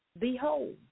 behold